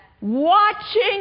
watching